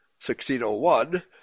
1601